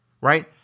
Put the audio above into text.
right